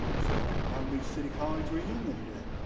this is like long beach city college reunion here.